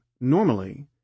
normally